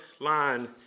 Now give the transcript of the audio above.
line